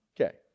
Okay